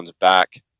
back